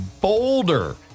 boulder